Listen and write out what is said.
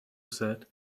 said